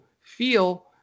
feel